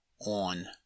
on